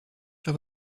sur